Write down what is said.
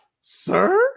Sir